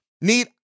need